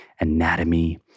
anatomy